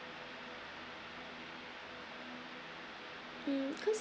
mm cause